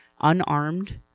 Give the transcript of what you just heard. unarmed